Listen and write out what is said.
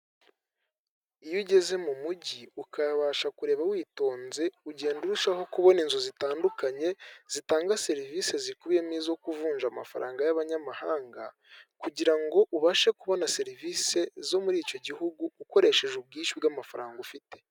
Iyo ugeze mu mujyi ukayabasha kureba witonze ugenda ushabora kubona inzu zitandukanye zitanga serivisi zikubiye n'izo kuvunja amafaranga y'amanyamahanga kugirango ubashe kubona serivisi zo muri icyo gihugu ukoresheje ubwishyu bw'amafaranga ufite.